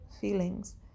feelings